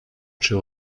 czy